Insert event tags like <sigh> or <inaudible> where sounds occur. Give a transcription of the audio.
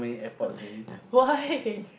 stop it why <laughs>